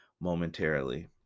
momentarily